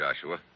Joshua